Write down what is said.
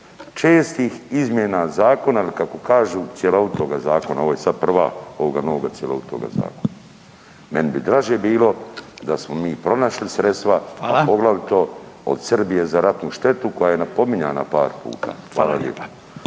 čestih izmjena zakona ili kako kažu, cjelovitoga zakona, ovo sad prva ovoga novoga cjelovitoga zakona. Meni bi draže bilo da smo mi pronašli sredstva, poglavito od Srbije za ratnu štetu koja je napominjana par puta. **Radin,